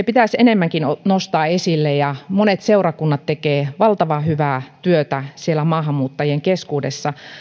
pitäisi enemmänkin nostaa esille monet seurakunnat tekevät valtavan hyvää työtä maahanmuuttajien keskuudessa